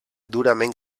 durament